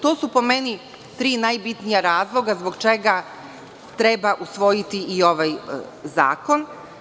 To su po meni tri najvažnija razloga zbog čega treba usvojiti i ovaj zakon.